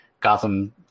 Gotham